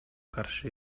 каршы